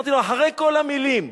אחרי כל המלים,